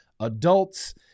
adults